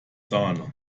sahne